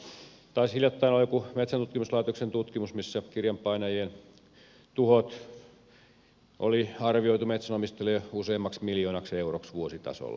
ja kyllähän taisi hiljattain olla joku metsäntutkimuslaitoksen tutkimus missä kirjanpainajien tuhot oli arvioitu metsänomistajille useammaksi miljoonaksi euroksi vuositasolla